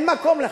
אין מקום לכך.